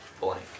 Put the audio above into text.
blank